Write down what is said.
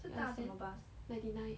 ah then ninety nine